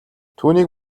түүнийг